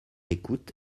écoute